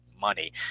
money